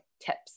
tips